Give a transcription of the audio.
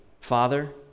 Father